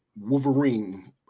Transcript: Wolverine